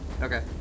Okay